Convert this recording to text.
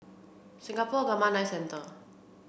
Singapore Gamma Knife Centre